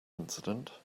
incident